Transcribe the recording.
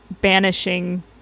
banishing